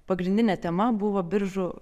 pagrindinė tema buvo biržų